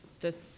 This-